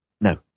No